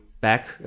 back